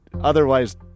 otherwise